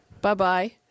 Bye-bye